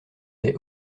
des